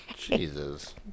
Jesus